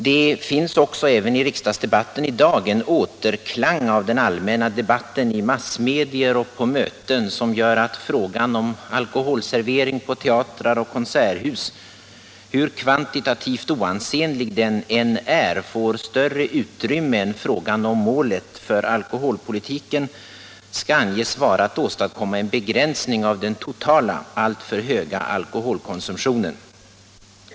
Det finns också i debatten i dag en återklang av den allmänna debatten i massmedia och på möten som gör att frågan om alkoholservering på teatrar och i konserthus — hur kvantitativt oansenlig den än är — får större utrymme än frågan, om målet för alkoholpolitiken skall anges vara att åstadkomma en begränsning av den totala, alltför höga alkoholkonsumtionen.